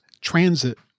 transit